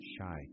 shy